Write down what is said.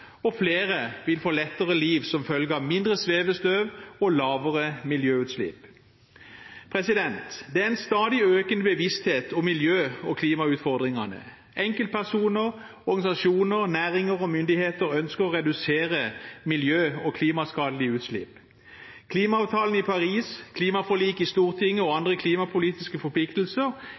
og flere vil få et lettere liv, som følge av mindre svevestøv og lavere miljøutslipp. Det er en stadig økende bevissthet om miljø- og klimautfordringene. Enkeltpersoner, organisasjoner, næringer og myndigheter ønsker å redusere miljø- og klimaskadelige utslipp. Klimaavtalen i Paris, klimaforliket i Stortinget og andre klimapolitiske forpliktelser